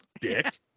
Dick